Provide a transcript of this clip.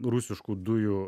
rusiškų dujų